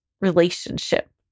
relationship